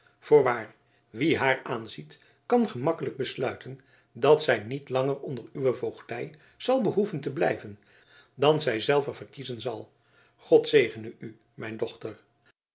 voorwaar wie haar aanziet kan gemakkelijk besluiten dat zij niet langer onder uwe voogdij zal behoeven te blijven dan zij zelve verkiezen zal god zegene u mijn dochter